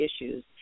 issues